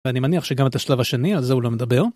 ואני מניח שגם את השלב השני על זה הוא לא מדבר.